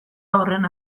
horren